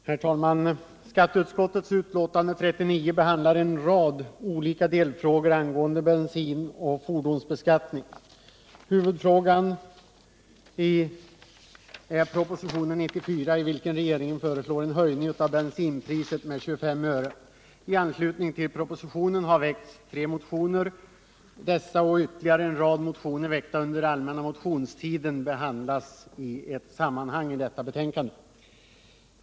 Herr talman! Skatteutskottets betänkande nr 39 behandlar en rad olika delfrågor angående bensinoch fordonsbeskattningen. I proposition nr 94 föreslår regeringen bl.a. en höjning av bensinpriset med 25 öre. I anslutning till propositionen har det väckts tre motioner. Dessa och ytterligare en rad motioner, väckta under allmänna motionstiden, behandlas i ett sammanhang i detta betänkande.